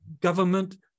government